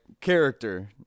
character